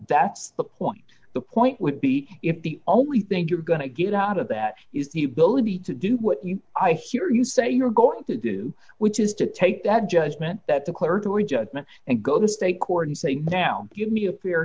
that's the point the point would be if the only thing you're going to get out of that is the ability to do what you i hear you say you're going to do which is to take that judgment that the clerk who are judgment and go to state court and say now give me a fair